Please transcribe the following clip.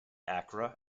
accra